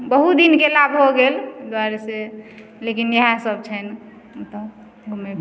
बहुत दिन गेला भऽ गेल तै दुआरेसँ लेकिन इएह सब छन्हि ओतऽ घुमय फिरय